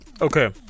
Okay